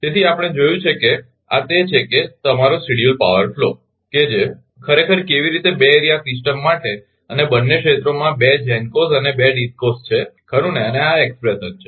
તેથી આપણે જોયું છે કે આ તે છે કે તમારો શેડ્યૂલ પાવર ફ્લો કે જે ખરેખર કેવી રીતે 2 એરિયા સિસ્ટમ માટે અને બંને ક્ષેત્રોમાં 2 GENCOs અને 2 DISCOs છે ખરુ ને અને આ એક્સપ્રેશન છે